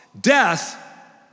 death